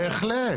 בהחלט, בהחלט.